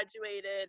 graduated